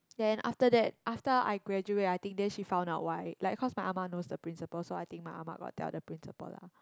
ya then after that after I graduate I think then she found out why like because my ah ma knows the principal so I think my ah ma got tell the principal lah